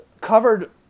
covered